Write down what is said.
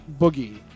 Boogie